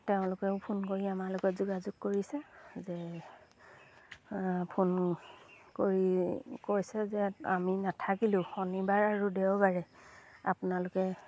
তেওঁলোকেও ফোন কৰি আমাৰ লগত যোগাযোগ কৰিছে যে ফোন কৰি কৈছে যে আমি নাথাকিলেও শনিবাৰ আৰু দেওবাৰে আপোনালোকে